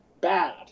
Bad